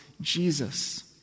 Jesus